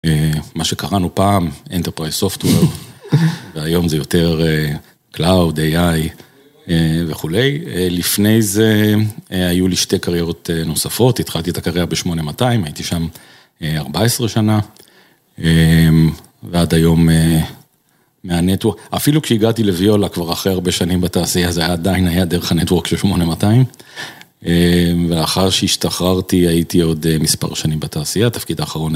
מה שקראנו פעם, Enterprise Software, והיום זה יותר Cloud, AI וכולי. לפני זה, היו לי שתי קריירות נוספות, התחלתי את הקריירה ב-8200, הייתי שם 14 שנה, ועד היום מהנטוורק... אפילו כשהגעתי לויולה, כבר אחרי הרבה שנים בתעשייה, זה עדיין היה דרך הנטוורק של 8200. לאחר שהשתחררתי, הייתי עוד מספר שנים בתעשייה, תפקיד האחרון